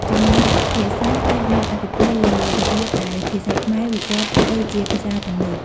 ចម្លាស់ភាសាអាចមានឥទ្ធិពលលើរបៀបដែលភាសាខ្មែរវិវត្តទៅជាភាសាទំនើប។